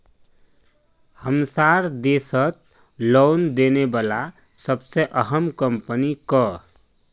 हमसार देशत लोन देने बला सबसे अहम कम्पनी क